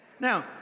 Now